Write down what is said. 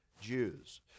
Jews